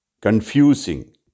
confusing